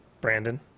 Brandon